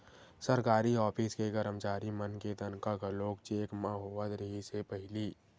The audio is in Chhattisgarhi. सरकारी ऑफिस के करमचारी मन के तनखा घलो चेक म होवत रिहिस हे पहिली